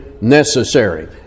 necessary